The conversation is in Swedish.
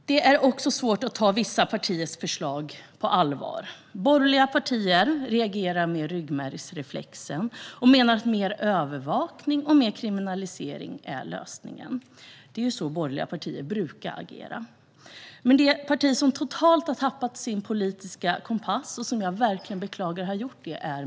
Det är också svårt att ta vissa partiers förslag på allvar. Borgerliga partier reagerar med ryggmärgsreflexen och menar att mer övervakning och mer kriminalisering är lösningen. Det är ju så borgerliga partier brukar reagera. Men det parti som totalt har tappat sin politiska kompass är Miljöpartiet, och detta är något jag verkligen beklagar.